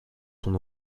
son